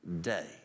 day